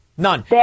None